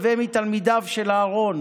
הוי מתלמידיו של אהרן,